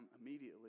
immediately